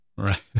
Right